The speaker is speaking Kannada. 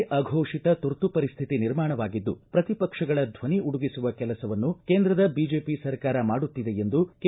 ದೇಶದಲ್ಲಿ ಅಘೋಷಿತ ತುರ್ತು ಪರಿಸ್ಥಿತಿ ನಿರ್ಮಾಣವಾಗಿದ್ದು ಪ್ರತಿ ಪಕ್ಷಗಳ ದ್ದನಿ ಉಡುಗಿಸುವ ಕೆಲಸವನ್ನು ಕೇಂದ್ರದ ಬಿಜೆಪಿ ಸರ್ಕಾರ ಮಾಡುತ್ತಿದೆ ಎಂದು ಕೆ